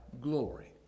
glory